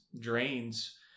drains